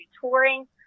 touring